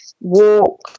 walk